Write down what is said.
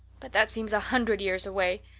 but that seems a hundred years away.